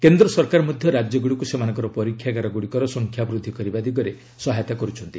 କେନ୍ଦ୍ର ସରକାର ମଧ୍ୟ ରାଜ୍ୟଗୁଡ଼ିକୁ ସେମାନଙ୍କର ପରୀକ୍ଷାଗାର ଗୁଡ଼ିକର ସଂଖ୍ୟା ବୃଦ୍ଧି କରିବା ଦିଗରେ ସହାୟତା କରୁଛନ୍ତି